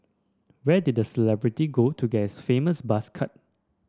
where did the celebrity go to get his famous buzz cut